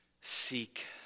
seek